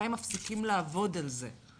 מתי מפסיקים לעבוד על זה?